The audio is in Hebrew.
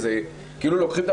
כאילו לוקחים את